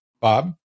Bob